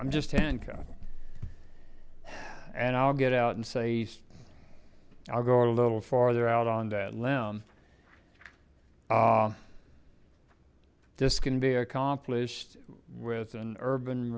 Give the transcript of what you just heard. i'm just handcuffed and i'll get out and say i'll go a little farther out on that limb this can be accomplished with an urban